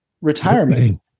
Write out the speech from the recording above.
retirement